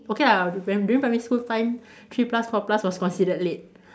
okay lah when during primary time three plus four plus was considered late